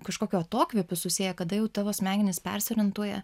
kažkokiu atokvėpiu susiję kada jau tavo smegenys persiorientuoja